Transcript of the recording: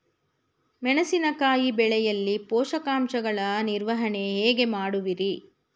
ಮೆಣಸಿನಕಾಯಿ ಬೆಳೆಯಲ್ಲಿ ಪೋಷಕಾಂಶಗಳ ನಿರ್ವಹಣೆ ಹೇಗೆ ಮಾಡುವಿರಿ?